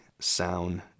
sound